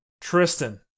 Tristan